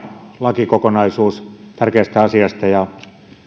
lakikokonaisuus tärkeästä asiasta